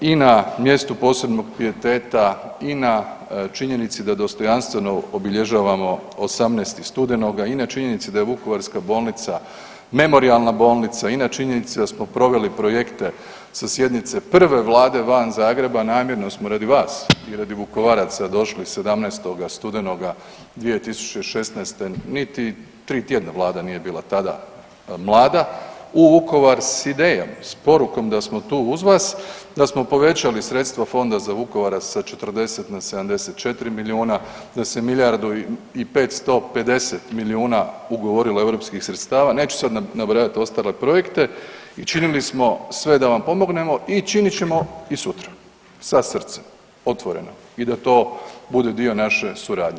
I na mjestu posebnog pijeteta i na činjenici da dostojanstveno obilježavamo 18. studenoga i na činjenici da je Vukovarska bolnica memorijalna bolnica i na činjenici da smo proveli projekte sa sjednice prve vlade van Zagreba, namjerno smo radi vas i radi Vukovaraca došli 17. studenoga 2016., niti 3 tjedna vlada nije bila tada mlada, u Vukovar s idejom, s porukom da smo tu uz vas, da smo povećali sredstva fonda za Vukovar sa 40 na 74 miliona, da se milijardu i 550 milijuna ugovorilo europskih sredstava, neću sad nabrajati ostale projekte i činili smo sve da vam pomognemo i činit ćemo i sutra, sa srcem, otvoreno i da to bude dio naše suradnje.